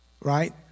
right